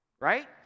right